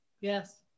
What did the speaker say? Yes